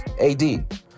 AD